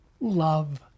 Love